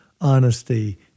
honesty